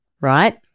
right